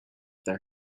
their